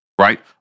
right